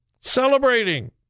celebrating